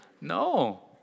No